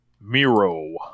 Miro